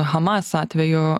hamas atveju